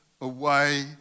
away